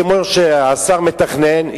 כמו שהשר מתכנן,